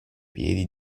piedi